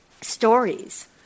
stories